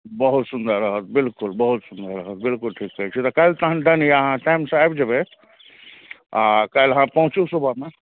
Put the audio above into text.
बहुत सुन्दर रहत बिलकुल बहुत सुन्दर रहत बिलकुल ठीक कहै छिए तऽ काल्हि तहन डन यऽ अहाँ टाइमसे आबि जएबै आओर काल्हि अहाँ पहुँचू सुबहमे